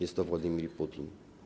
Jest to Władimir Putin.